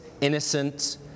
innocent